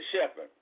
shepherd